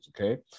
okay